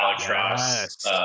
Alex